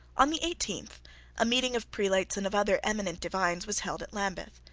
on the eighteenth a meeting of prelates and of other eminent divines was held at lambeth.